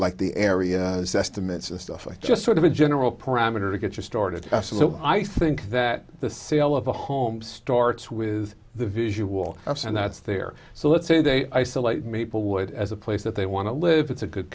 estimates and stuff like just sort of a general parameter to get you started i think that the sale of the home starts with the visual and that's there so let's say they isolate maplewood as a place that they want to live it's a good